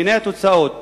והנה התוצאות: